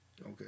Okay